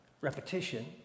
repetition